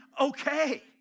okay